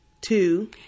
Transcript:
Two